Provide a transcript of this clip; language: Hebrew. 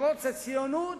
פרוץ הציונות.